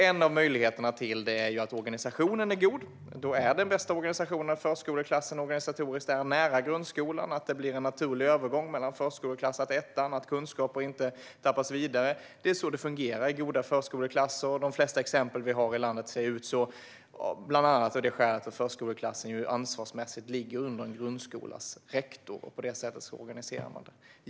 En möjlighet till detta ges genom att organisationen är god. Organisatoriskt är det bästa att förskoleklassen organisatoriskt är nära grundskolan, så att det blir en naturlig övergång mellan förskoleklassen och ettan, så att kunskaper inte tappas. Det är så det fungerar i goda förskoleklasser. De flesta exempel vi har i landet ser ut så, bland annat av det skälet att förskoleklassen ansvarsmässigt ligger under en grundskolas rektor. På det sättet organiserar man det.